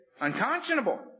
unconscionable